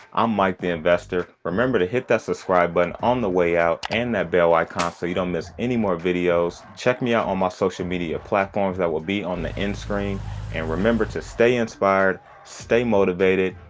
i'm mike the investor. remember to hit that subscribe button on the way out and that bell icon so you don't miss any more videos. check me out on my social media platforms that will be on the in-screen and remember to stay inspired, stay motivated,